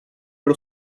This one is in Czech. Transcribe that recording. pro